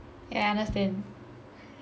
yeah I understand